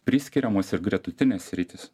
priskiriamos ir gretutinės sritys